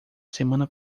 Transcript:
semana